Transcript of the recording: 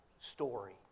story